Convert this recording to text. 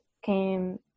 Came